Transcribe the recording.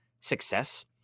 success